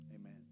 Amen